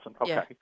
Okay